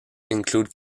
include